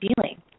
feeling